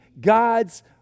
God's